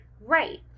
Right